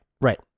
Right